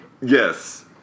Yes